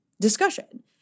discussion